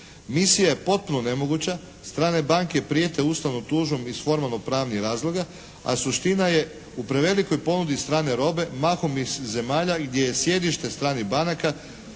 Misija je potpuno nemoguća, strane banke prijete ustavnom tužbom iz formalno pravnih razloga a suština je u prevelikoj ponudi strane robe mahom iz zemalja gdje je sjedište stranih banaka